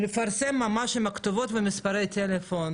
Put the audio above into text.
נפרסם ממש עם כתובות ומספרי טלפון,